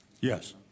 Yes